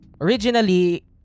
originally